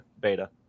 beta